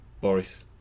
Boris